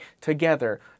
together